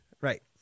Right